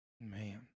Man